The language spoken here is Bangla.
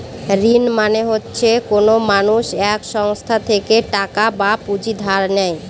ঋণ মানে হচ্ছে কোনো মানুষ এক সংস্থা থেকে টাকা বা পুঁজি ধার নেয়